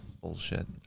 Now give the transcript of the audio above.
bullshit